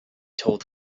told